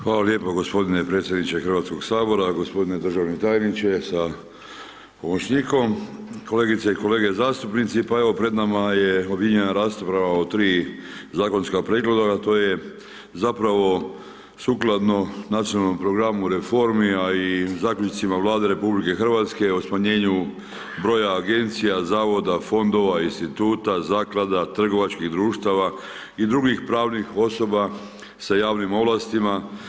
Hvala lijepo gospodine predsjedniče Hrvatskog sabora, gospodine državni tajničke sa pomoćnikom, kolegice i kolege zastupnici, pa evo pred nama je objedinjena rasprava o tri zakonska prijedloga a to je zapravo sukladno Nacionalnom programu reformi, a i zaključcima Vlade RH o smanjenju broja agencija, zavoda, fondova, instituta, zaklada, trgovačkih društava i drugih pravih osoba sa javnim ovlastima.